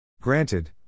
Granted